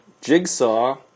Jigsaw